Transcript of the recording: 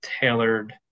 tailored